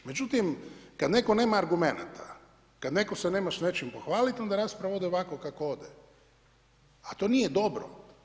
Međutim kada netko nema argumenata, kada netko se nema s nečim pohvaliti onda rasprava ode ovako kako ode, a to nije dobro.